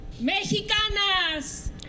Mexicanas